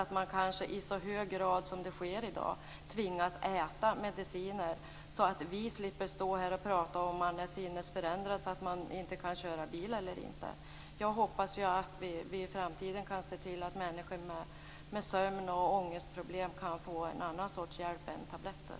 De skall inte i så hög grad som i dag tvingas äta mediciner, och vi skall slippa stå här och prata om huruvida de är sinnesförändrade så att de inte kan köra bil eller inte. Jag hoppas att vi i framtiden kan se till att människor med sömn och ångestproblem kan få en annan sorts hjälp än tabletter.